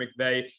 McVeigh